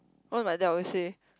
what my dad always say